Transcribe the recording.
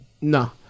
No